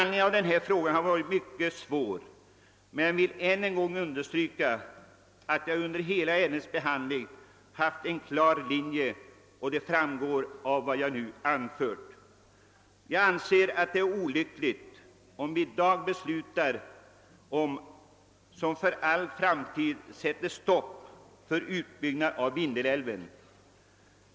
Denna fråga har varit mycket svår att behandla, men jag vill än en gång understryka att jag hela tiden har haft en klar linje, vilket också framgår av vad jag nu har. anfört. Jag anser det olyckligt om vi i dag beslutar något som för all framtid sätter stopp för utbyggnad av Vindelälven.